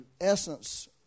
essence